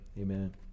Amen